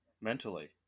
mentally